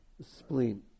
spleen